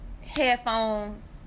Headphones